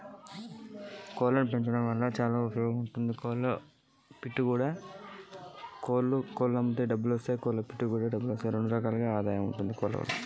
కోళ్లని పెంచితే ఉపయోగం ఏంది?